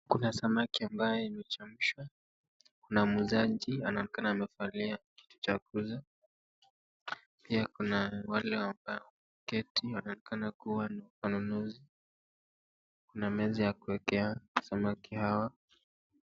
Kuna samaki ambaye amechemshwa na muuzaji anaonekana. Pia kuna wale ambao wameketi wanaonekana kuwa wanunuzi, na meza ya kuekea samaki hawa.